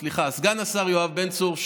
סליחה, סגן השר יואב בן צור,